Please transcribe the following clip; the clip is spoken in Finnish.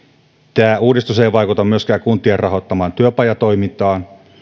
tämä uudistus ei vaikuta myöskään kuntien rahoittamaan työpajatoimintaan